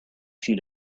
few